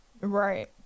Right